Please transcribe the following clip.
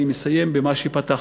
אני מסיים במה שפתחתי: